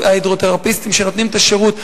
הפיזיותרפיסטים שנותנים היום את השירות,